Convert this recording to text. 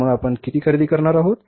तर मग आपण किती खरेदी करणार आहोत